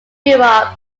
europe